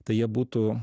tai jie būtų